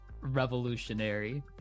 revolutionary